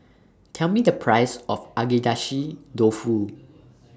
Tell Me The Price of Agedashi Dofu